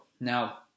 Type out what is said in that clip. Now